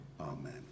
amen